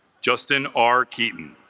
justin are keaton